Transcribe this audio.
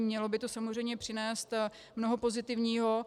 Mělo by to samozřejmě přinést mnoho pozitivního.